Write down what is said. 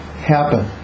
happen